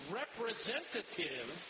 representative